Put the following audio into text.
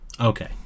Okay